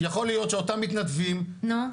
יכול להיות שאותם מתנדבים -- נו?